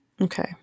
Okay